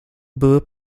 były